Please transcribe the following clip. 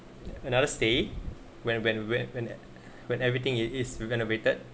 another stay when when when when when everything in his renovated